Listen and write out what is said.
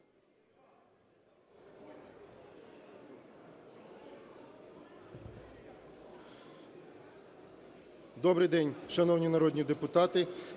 Добрий день, шановні народні депутати!